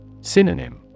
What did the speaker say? Synonym